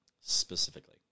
Specifically